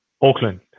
Auckland